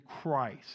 Christ